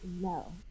No